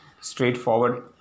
straightforward